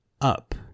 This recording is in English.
up